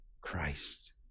Christ